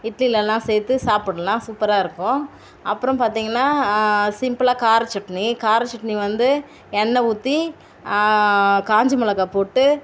இட்லிலலாம் சேர்த்து சாப்புடலாம் சூப்பராக இருக்கும் அப்புறம் பார்த்தீங்கன்னா சிம்பிளாக கார சட்னி கார சட்னி வந்து எண்ணெய் ஊற்றி காஞ்ச மிளகா போட்டு